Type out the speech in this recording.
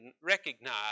recognize